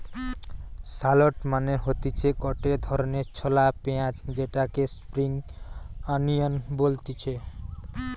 shallot মানে হতিছে গটে ধরণের ছলা পেঁয়াজ যেটাকে স্প্রিং আনিয়ান বলতিছে